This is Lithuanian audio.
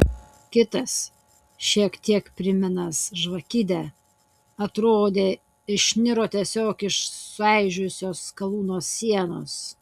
kitas šiek tiek primenąs žvakidę atrodė išniro tiesiog iš sueižėjusios skalūno sienos